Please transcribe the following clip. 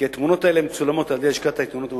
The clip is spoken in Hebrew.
כי התמונות האלה מצולמות על-ידי לשכת העיתונות הממשלתית,